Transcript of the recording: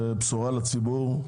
בשורה לציבור,